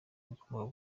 bikomoka